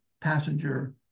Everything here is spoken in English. passenger